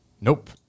Nope